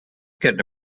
attica